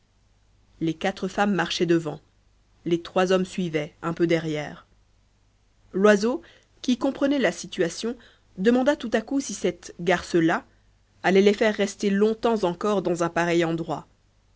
les quatre femmes marchaient devant les trois hommes suivaient un peu derrière loiseau qui comprenait la situation demanda tout à coup si cette garce là allait les faire rester longtemps encore dans un pareil endroit